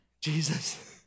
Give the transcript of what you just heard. Jesus